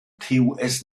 tus